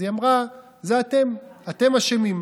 אז היא אמרה: אתם אשמים.